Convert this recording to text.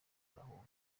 arahunga